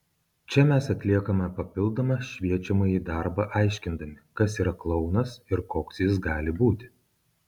čia mes atliekame papildomą šviečiamąjį darbą aiškindami kas yra klounas ir koks jis gali būti